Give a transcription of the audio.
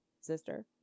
sister